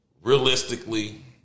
realistically